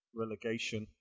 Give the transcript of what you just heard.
relegation